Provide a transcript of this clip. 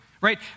right